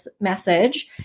message